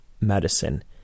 medicine